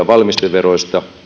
valmisteveroista